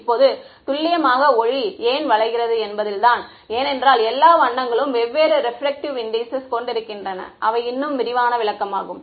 இப்போது துல்லியமாக ஒளி ஏன் வளைகிறது என்பதில்தான் ஏனென்றால் எல்லா வண்ணங்களும் வெவ்வேறு ரெபிரக்ட்டிவ் இண்டீசெஸ் கொண்டிருக்கின்றன அவை இன்னும் விரிவான விளக்கமாகும்